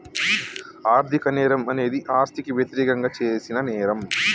ఆర్థిక నేరం అనేది ఆస్తికి వ్యతిరేకంగా చేసిన నేరం